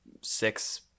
six